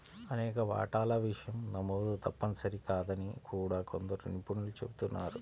అనేక వాటాల విషయం నమోదు తప్పనిసరి కాదని కూడా కొందరు నిపుణులు చెబుతున్నారు